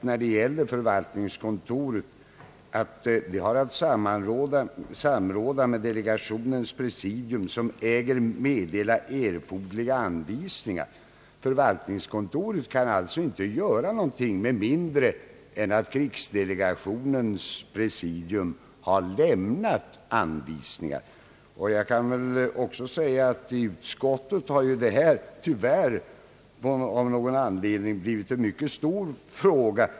När det gäller för valtningskontoret har vi sagt att det har att samråda med presidiet som äger meddela erforderliga anvisningar. Förvaltningskontoret kan alltså inte göra någonting med mindre än att krigsdelegationens presidium har lämnat anvisningar. I utskottet har detta tyvärr av någon anledning blivit en mycket stor fråga.